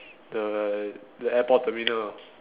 the the airport terminal